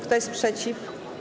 Kto jest przeciw?